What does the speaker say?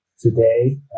today